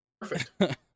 Perfect